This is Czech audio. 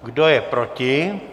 Kdo je proti?